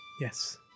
Yes